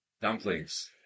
Dumplings